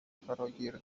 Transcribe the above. فراگیر